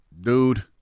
dude